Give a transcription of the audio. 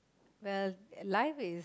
well life is